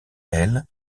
elle